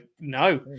no